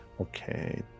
Okay